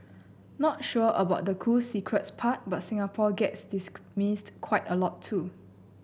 not sure about the cool secrets part but Singapore gets dismissed quite a lot too